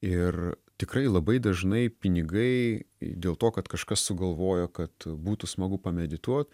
ir tikrai labai dažnai pinigai dėl to kad kažkas sugalvojo kad būtų smagu pamedituot